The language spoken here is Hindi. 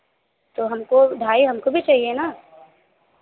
तो हमको ढाई हमको भी चाहिए ना